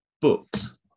books